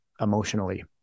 emotionally